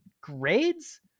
grades